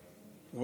לציין